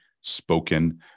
spoken